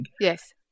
Yes